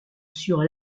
sur